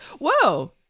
Whoa